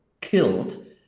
killed